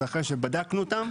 זה אחרי שבדקנו אותם,